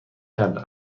کرده